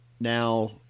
now